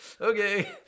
okay